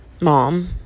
mom